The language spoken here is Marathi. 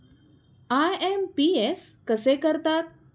आय.एम.पी.एस कसे करतात?